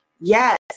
Yes